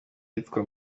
yitwa